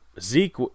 Zeke